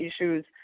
issues